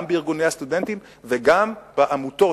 גם בארגוני הסטודנטים וגם בעמותות,